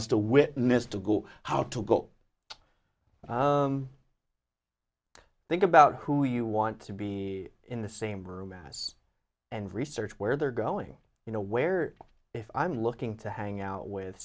to witness to go how to go think about who you want to be in the same room as and research where they're going you know where if i'm looking to hang out with